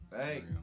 Hey